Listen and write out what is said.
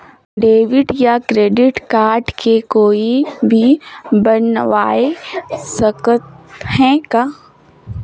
Debit या credit card के कोई भी बनवाय सकत है का?